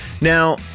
Now